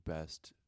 best